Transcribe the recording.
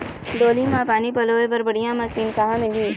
डोली म पानी पलोए बर बढ़िया मशीन कहां मिलही?